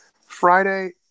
Friday